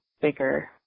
bigger